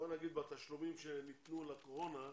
בואו נגיד, בתשלומים שניתנו לקורונה,